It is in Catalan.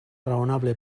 raonable